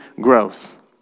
growth